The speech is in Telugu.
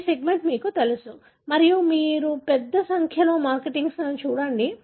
ఈ సెగ్మెంట్ మీకు తెలుసు మరియు మీరు పెద్ద సంఖ్యలో మార్కర్లను చూడండి